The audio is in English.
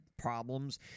problems